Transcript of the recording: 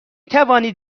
توانید